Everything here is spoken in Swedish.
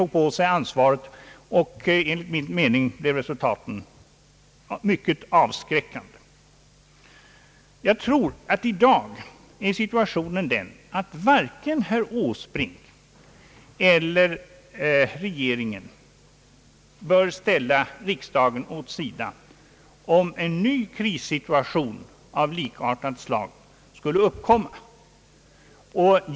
Om en ny krissituation av likartat slag skulle uppstå i dag bör nog varken herr Åsbrink eller regeringen ställa riksdagen åt sidan.